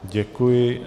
Děkuji.